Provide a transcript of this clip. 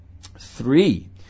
three